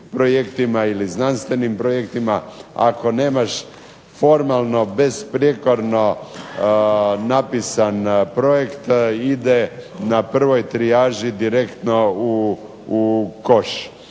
ili znanstvenim projektima. Ako nemaš formalno besprijekorno napisan projekt ide na prvoj trijaži direktno u koš.